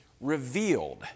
revealed